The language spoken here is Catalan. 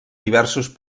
diversos